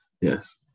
Yes